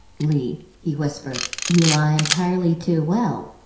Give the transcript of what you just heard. leigh, he whispered, you lie entirely too well.